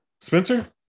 spencer